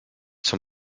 zum